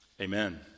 Amen